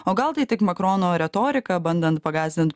o gal tai tik makrono retorika bandant pagąsdint